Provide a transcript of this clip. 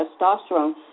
testosterone